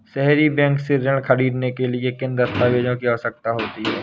सहरी बैंक से ऋण ख़रीदने के लिए किन दस्तावेजों की आवश्यकता होती है?